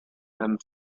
and